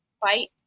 fight